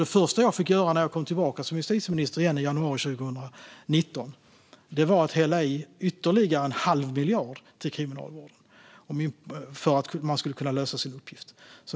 Det första jag fick göra när jag kom tillbaka som justitieministern i januari 2019 var därför att hälla in ytterligare en halv miljard till Kriminalvården för att man skulle kunna lösa sin uppgift.